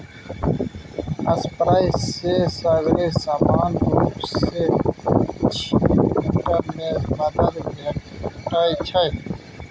sprayer सँ सगरे समान रुप सँ छीटब मे मदद भेटै छै